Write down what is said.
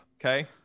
okay